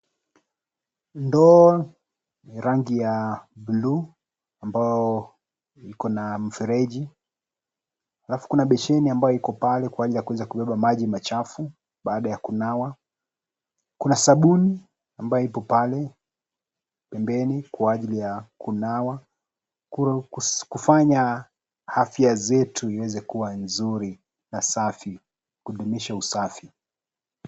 Ndoo ni rangi ya blue ambao iko na mfereji, halafu kuna besheni ambayo iko pale kwa minajiri ya kuweza kubeba maji machafu baada ya kunawa. Kuna sabuni ambayo ipo pale pembeni kwa minajiri ya kunawa, kufanya afya zetu iweze kuwa nzuri na safi kudumisha usafi.